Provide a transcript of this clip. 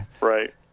Right